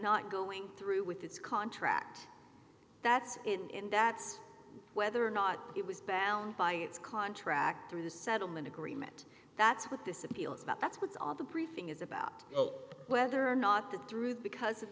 not going through with its contract that's in that's whether or not it was balanced by its contract through the settlement agreement that's what this appeal is about that's what's all the briefing is about whether or not that through because of